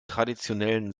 traditionellen